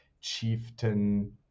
chieftain